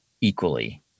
equally